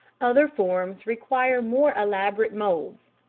other forms require more elaborate moulds